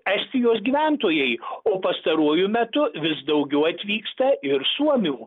estijos gyventojai o pastaruoju metu vis daugiau atvyksta ir suomių